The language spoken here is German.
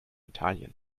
italien